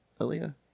Aaliyah